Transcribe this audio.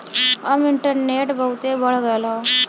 अब इन्टरनेट बहुते बढ़ गयल हौ